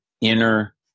inner